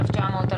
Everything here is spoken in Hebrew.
1,900,